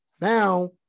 Now